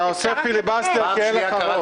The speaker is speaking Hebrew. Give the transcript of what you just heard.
תעשה פיליבסטר כי אין לך רוב.